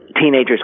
teenagers